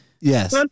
Yes